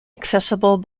accessible